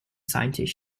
scientist